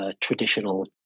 traditional